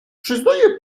przyznaje